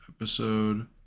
episode